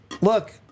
Look